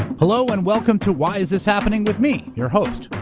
hello and welcome to why is this happening? with me, your host,